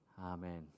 Amen